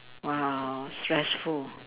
!wow! stressful